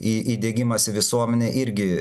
į įdiegimas į visuomenę